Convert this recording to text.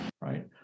right